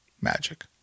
magic